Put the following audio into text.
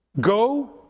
go